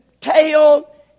tail